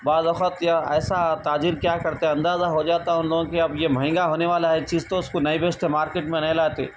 بعض اوقات یا ایسا تاجر کیا کرتے اندازہ ہو جاتا ان لوگ کو یہ اب یہ مہنگا ہونے والا ہے چیز تو اس کو نہیں پیچتے مارکیٹ میں نہیں لاتے